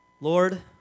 Lord